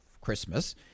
Christmas